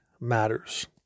matters